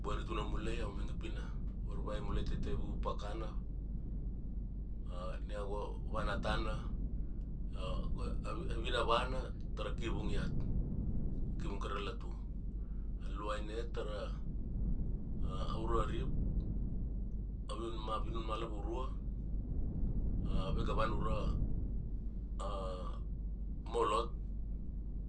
Boina tuna mulai, iau mainge pi na, varvai mulai tai te vu pakakana, ni iau ga, vana tana. A vinavana tara kivung iat. Kivung kai ra latu. A luaina iat tara, aura rip, a vinun ma, a vinun ma, a vinun ma lavurua, ave ga vana ura, molot,